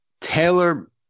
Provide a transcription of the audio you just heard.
Taylor